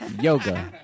Yoga